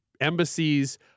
embassies